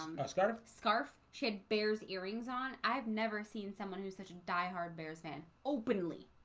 um but scarf scarf she had bears earrings on i've never seen someone who's such a die-hard bears fan openly